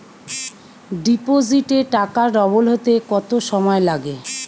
ডিপোজিটে টাকা ডবল হতে কত সময় লাগে?